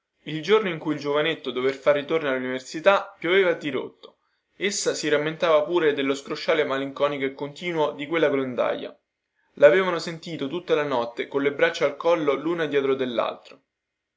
il giorno in cui il giovanetto dovette far ritorno alluniversità pioveva a dirotto essa si rammentava pure dello scrosciare malinconico e continuo di quella grondaia lavevano sentito tutta la notte colle braccia al collo luna dellaltro